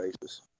basis